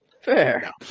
Fair